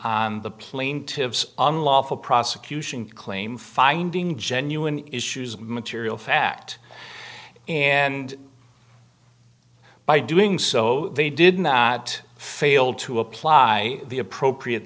the plaintiff's unlawful prosecution claim finding genuine issues of material fact and by doing so they did not fail to apply the appropriate